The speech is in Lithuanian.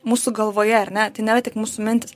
mūsų galvoje ar ne tai nėra tik mūsų mintys